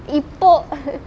இப்போ:ippo